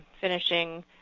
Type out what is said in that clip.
finishing